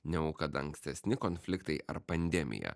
negu kad ankstesni konfliktai ar pandemija